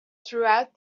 throughout